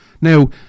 Now